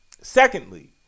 Secondly